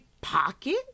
pocket